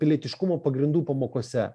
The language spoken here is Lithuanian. pilietiškumo pagrindų pamokose